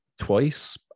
twice